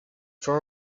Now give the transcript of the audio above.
for